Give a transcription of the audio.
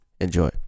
Enjoy